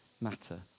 matter